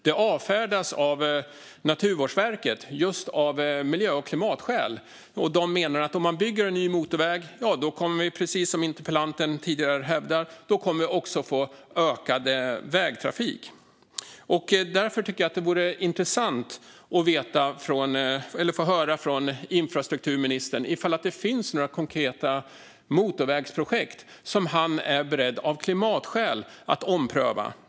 Det avfärdas av Naturvårdsverket just av miljö och klimatskäl. De menar att man kommer att få ökad vägtrafik om man bygger en ny motorväg, precis som interpellanten tidigare sagt. Därför tycker jag att det vore intressant att få höra från infrastrukturministern om det finns några konkreta motorvägsprojekt som han av klimatskäl är beredd att ompröva.